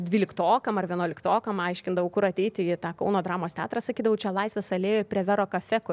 dvyliktokam ar vienuoliktokam aiškindavau kur ateiti į tą kauno dramos teatrą sakydavau čia laisvės alėjoj prie vero cafe kur